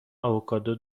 آووکادو